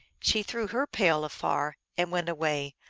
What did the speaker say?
she threw her pail afar and went away,